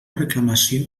reclamació